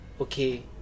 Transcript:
okay